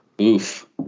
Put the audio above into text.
Oof